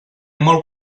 molt